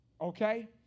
okay